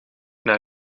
naar